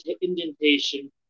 indentation